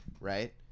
right